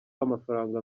amafaranga